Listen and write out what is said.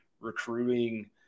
recruiting